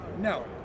No